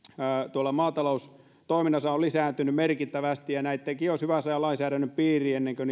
maataloustoiminnassa on lisääntynyt merkittävästi ja nämäkin olisi hyvä saada lainsäädännön piiriin ennen kuin